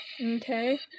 okay